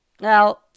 now